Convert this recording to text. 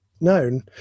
known